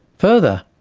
further,